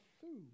food